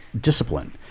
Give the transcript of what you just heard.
discipline